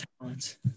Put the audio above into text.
talents